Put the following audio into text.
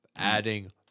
Adding